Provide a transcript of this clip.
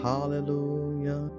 Hallelujah